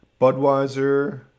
Budweiser